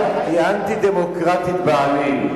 אנטי-דמוקרטית בעליל.